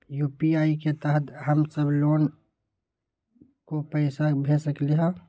UPI के तहद हम सब लोग को पैसा भेज सकली ह?